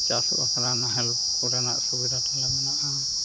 ᱪᱟᱥ ᱵᱟᱠᱷᱨᱟ ᱱᱟᱦᱮᱞ ᱠᱚᱨᱮᱱᱟᱜ ᱥᱩᱵᱤᱫᱷᱟ ᱛᱟᱞᱮ ᱢᱮᱱᱟᱜᱼᱟ